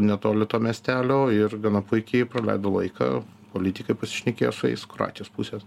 netoli to miestelio ir gana puikiai praleido laiką politikai pasišnekėjo su jais kroatijos pusės